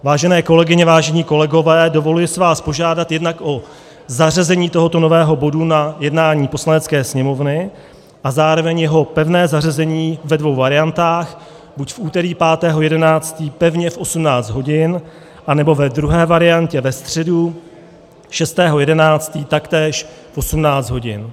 Vážené kolegyně, vážení kolegové, dovoluji si vás požádat jednak o zařazení tohoto nového bodu na jednání Poslanecké sněmovny a zároveň jeho pevné zařazení ve dvou variantách, buď v úterý 5. 11. pevně v 18 hodin, anebo ve druhé variantě ve středu 6. 11. taktéž v 18 hodin.